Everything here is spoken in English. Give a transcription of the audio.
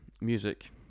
music